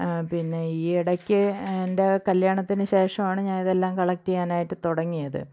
പിന്നെ ഈയിടയ്ക്ക് എൻ്റെ കല്യാണത്തിന് ശേഷമാണ് ഞാനിതെല്ലാം കളക്ട് ചെയ്യാനായിട്ട് തുടങ്ങിയത്